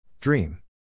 Dream